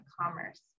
Commerce